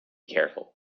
careful